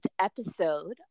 episode